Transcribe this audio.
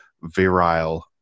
virile